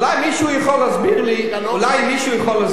אולי מישהו יכול להסביר לי למה,